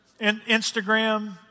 Instagram